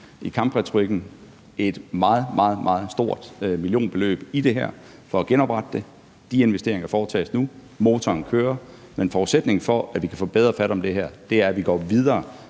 investeret et meget, meget stort millionbeløb i det her for at genoprette det. De investeringer foretages nu, motoren kører, men forudsætningen for, at vi kan få bedre fat om det her, er, at vi går videre